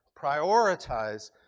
Prioritize